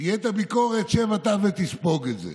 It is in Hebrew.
כשתהיה הביקורת, שב אתה ותספוג את זה.